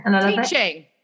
teaching